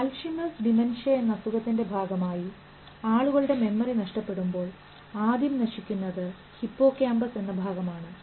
Alzheimer's dementia എന്ന അസുഖത്തിന് ഭാഗമായി ആളുകളുടെ മെമ്മറി നഷ്ടപ്പെടുമ്പോൾ ആദ്യം നശിക്കുന്നത് ഹിപ്പോകാമ്പസ് എന്ന ഭാഗം ആണ്